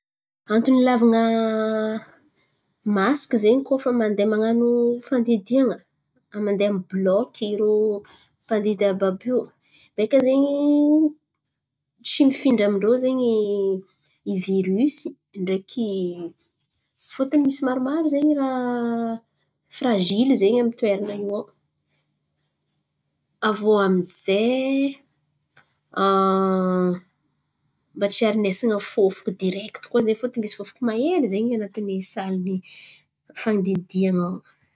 Antony ilàvan̈a masiky zen̈y koa fa mandeha man̈ano fandidian̈a, mandeha amy blôky irô mpandidy àby àby io, be ka zen̈y tsy mifindra amindrô zen̈y i virosy ndreky. Fôtony misy maromaro zen̈y raha firazily zen̈y amy toeran̈a io ao. Aviô amy zay mba tsy arin̈esana fôfoko direkty koa zen̈y fôtony misy fôfoko mahery zen̈y anatin'ny saly fandidian̈a ao.